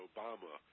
Obama